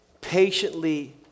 patiently